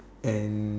and